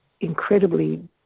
incredibly